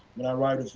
when i arrived,